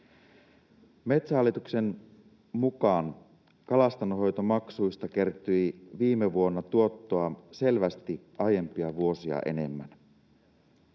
Metsähallituksen mukaan kalastonhoitomaksuista kertyi viime vuonna tuottoa selvästi aiempia vuosia enemmän.